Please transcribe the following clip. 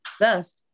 Thus